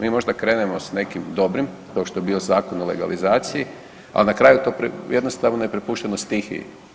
Mi možda krenemo s nekim dobrim kao što je bio Zakon o legalizaciji, a na kraju to jednostavno je prepušteno stihiji.